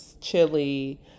chili